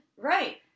Right